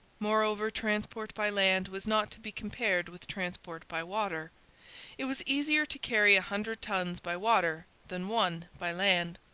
moreover, transport by land was not to be compared with transport by water it was easier to carry a hundred tons by water than one by land.